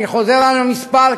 ואני חוזר על המספר,